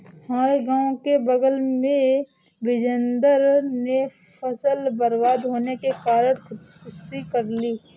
हमारे गांव के बगल में बिजेंदर ने फसल बर्बाद होने के कारण खुदकुशी कर ली